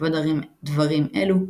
בעקבות דברים אלו,